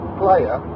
player